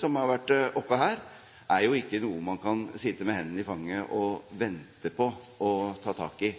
som har vært oppe her, er ikke noe man kan sitte med hendene i fanget og vente på å ta tak i.